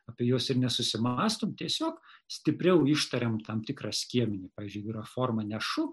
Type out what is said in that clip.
apie juos ir nesusimąstom tiesiog stipriau ištariam tam tikrą skiemenį pavyzdžiui yra forma nešu